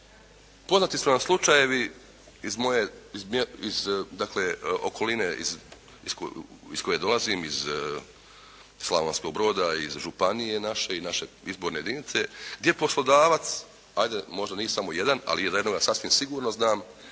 Poznati su nam slučajevi iz moje okoline iz koje dolazim iz Slavonskog Broda, iz županije naše i naše izborne jedinice gdje poslodavac hajde možda nije samo jedan, ali jednoga sasvim sigurno znam